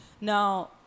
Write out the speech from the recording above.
Now